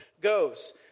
goes